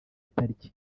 itariki